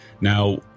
Now